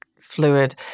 fluid